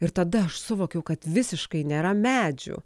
ir tada aš suvokiau kad visiškai nėra medžių